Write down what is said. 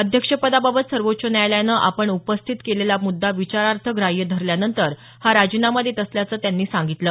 अध्यक्षपदाबाबत सर्वोच्च न्यायालयानं आपण उपस्थित केलेला मुद्दा विचारार्थ ग्राह्य धरल्यानंतर हा राजीनामा देत असल्याचं त्यांनी सांगितलं